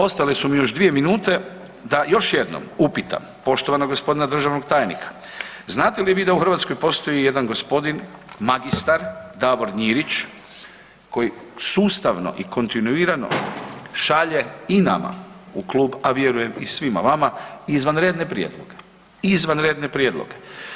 Ostale su mi još 2 minute da još jednom upitam poštovanog g. državnog tajnika znate li vi da u Hrvatskoj postoji jedan g. mr. Davor Njirić koji sustavno i kontinuirano šalje i nama u klub a vjerujem i svima vama, izvanredne prijedloge, izvanredne prijedloge.